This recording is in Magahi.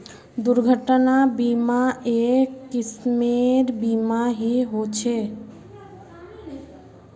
दुर्घटना बीमा, एक किस्मेर बीमा ही ह छे